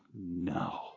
no